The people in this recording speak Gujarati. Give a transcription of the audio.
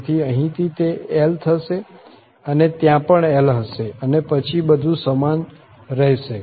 તેથી અહીં તે L હશે અને ત્યાં પણ L હશે અને પછી બધું સમાન રહેશે